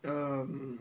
um